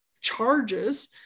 charges